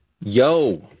Yo